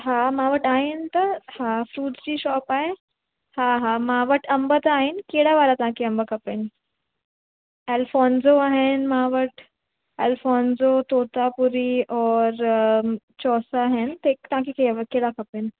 हा मां वटि आहिनि त हा फ़्रूट्स जी शोप आहे हा हा मां वटि अंब त आहिनि कहिड़ा वारा तव्हांखे अंब खपनि अलफ़ोनज़ो आहिनि मां वटि अलफ़ोनज़ो तोतापुरी और चौसा आहिनि त हिकु तव्हांखे कै कहिड़ा खपनि